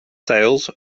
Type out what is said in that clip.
sails